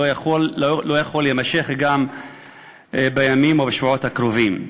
לא יימשך גם בימים ובשבועות הקרובים,